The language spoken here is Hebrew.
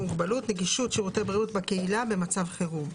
מוגבלות (נגישות שירותי בריאות בקהילה במצב חירום),